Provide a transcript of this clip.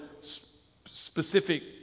specific